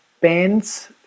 bands